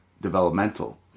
developmental